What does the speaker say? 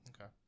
Okay